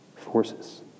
forces